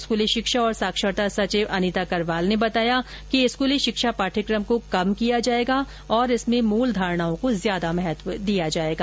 वहीं स्कूली शिक्षा और साक्षरता सचिव अनिता करवाल ने बताया कि स्कूली शिक्षा पाठ्यक्रम को कम किया जाएगा और इसमें मूलधारणाओं को ज्यादा महत्व दिया जाएगा